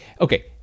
okay